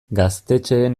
gaztetxeen